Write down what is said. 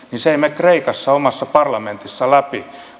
se ei mene kreikassa omassa parlamentissa läpi